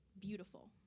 beautiful